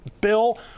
Bill